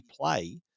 play